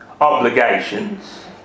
obligations